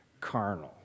carnal